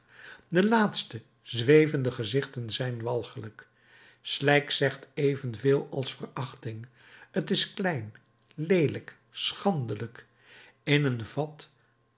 de laatste zwevende gezichten zijn walgelijk slijk zegt evenveel als verachting t is klein leelijk schandelijk in een vat